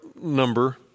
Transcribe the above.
number